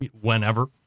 whenever